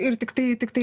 ir tiktai tiktai